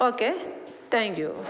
okay thank you